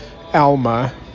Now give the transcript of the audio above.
Alma